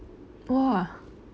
!wah!